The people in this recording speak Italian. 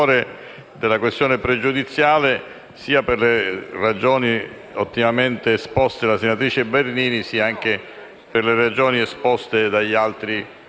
Grazie